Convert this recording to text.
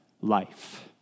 life